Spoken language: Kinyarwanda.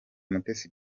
mutesi